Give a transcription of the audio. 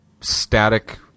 static